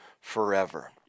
forever